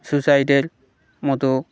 সুইসাইডের মতো